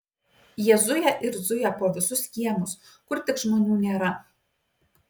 jie zuja ir zuja po visus kiemus kur tik žmonių nėra